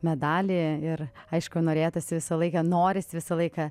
medalį ir aišku norėtųsi visą laiką norisi visą laiką